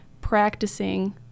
practicing